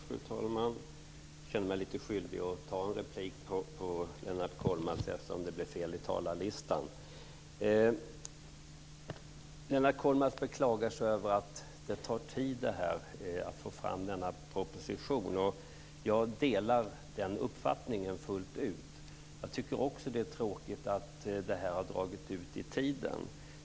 Fru talman! Jag känner mig lite skyldig att ta en replik på Lennart Kollmats, eftersom det blev fel i talarlistan. Lennart Kollmats beklagar sig över att det tar tid att få fram denna proposition. Jag delar den uppfattningen fullt ut. Jag tycker också att det är tråkigt att det har dragit ut i tiden.